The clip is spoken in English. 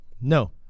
No